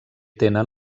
tenen